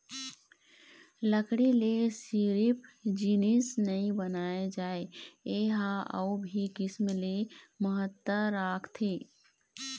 लकड़ी ले सिरिफ जिनिस नइ बनाए जाए ए ह अउ भी किसम ले महत्ता राखथे